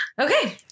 Okay